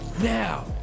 Now